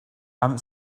haven’t